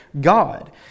God